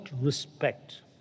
respect